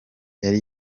yari